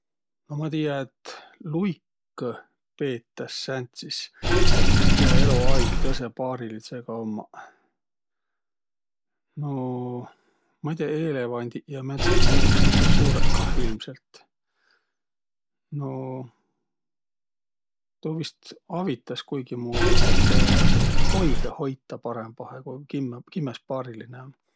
No ma tiiä, et luikõ peetäs sääntsis, kiä elo aig tõõsõ paarilisõga ummaq. No, ma'i tiiäq, eelevandiq ja määntsegi muuq sääntseq suurõq kah ilmselt. No tuu vaest avitas kuigimuudu, et poigõ hoitaq parõmbahe, ku kimmäs paarilinõ um.